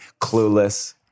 Clueless